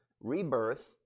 Rebirth